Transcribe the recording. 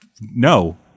No